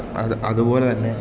അത് അതുപോലെതന്നെ